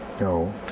no